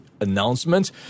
announcement